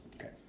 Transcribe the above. Okay